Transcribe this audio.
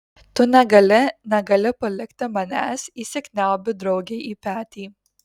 tu negali negali palikti manęs įsikniaubiu draugei į petį